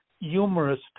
humorous